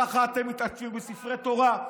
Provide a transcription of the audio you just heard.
ככה אתם מתעטפים בספרי תורה.